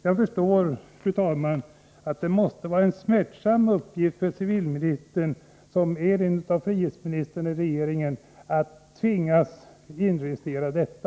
Jag förstår att det måste vara en smärtsam uppgift för civilministern såsom en av frihetsministrarna i regeringen att tvingas inregistrera detta.